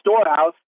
storehouse